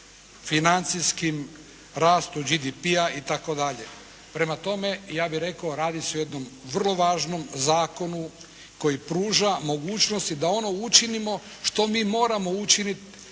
financijskim, rastu GDP-a itd. Prema tome, radi se o jednom vrlo važnom zakonu koji pruža mogućnosti da ono učinimo što mi moramo učiniti